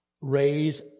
raise